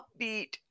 upbeat